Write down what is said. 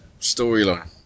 storyline